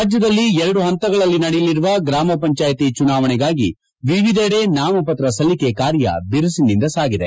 ರಾಜ್ಯದಲ್ಲಿ ಎರಡು ಹಂತಗಳಲ್ಲಿ ನಡೆಯಲಿರುವ ಗ್ರಾಮ ಪಂಚಾಯಿತಿ ಚುನಾವಣೆಗಾಗಿ ವಿವಿಧೆದೆ ನಾಮಪತ್ರ ಸಲ್ಲಿಕೆ ಕಾರ್ಯ ಬಿರುಸಿನಿಂದ ಸಾಗಿದೆ